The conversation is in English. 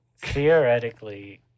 theoretically